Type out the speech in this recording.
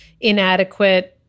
inadequate